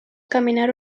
caminar